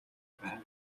байв